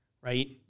Right